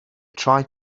tried